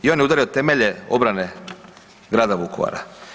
I on je udario temelje obrane grada Vukovara.